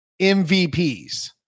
MVPs